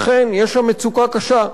אכן, יש שם מצוקה קשה.